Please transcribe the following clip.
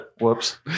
Whoops